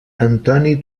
antoni